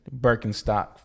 Birkenstock